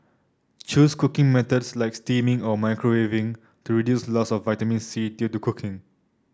choose cooking methods like steaming or microwaving to reduce loss of vitamin C due to cooking